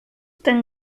ten